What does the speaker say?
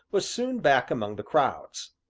was soon back among the crowd.